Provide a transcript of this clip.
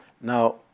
Now